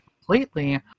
completely